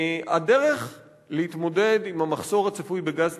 הדרך להתמודד עם המחסור הצפוי בגז טבעי,